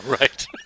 Right